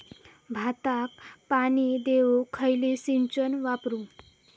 भाताक पाणी देऊक खयली सिंचन वापरू?